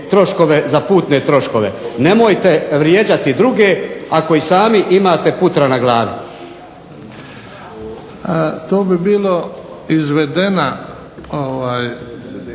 troškove za putne troškove. Nemojte vrijeđati druge ako i sami imate putra na glavi. **Bebić, Luka